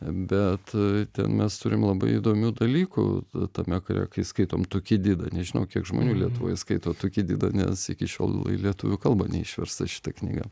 bet ten mes turim labai įdomių dalykų tame kare kai skaitom tukididą nežinau kiek žmonių lietuvoje skaito tukididą nes iki šiol į lietuvių kalbą neišversta šita knyga